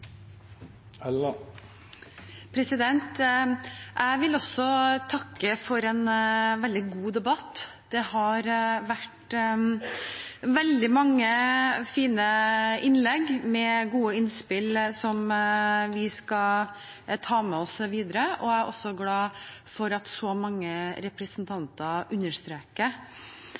liv. Jeg vil også takke for en veldig god debatt. Det har vært veldig mange fine innlegg med gode innspill som vi skal ta med oss videre. Jeg er også glad for at så mange representanter understreker